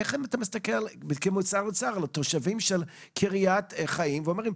איך אתה מסתכל כמשרד האוצר על התושבים של קריית חיים ואומר להם,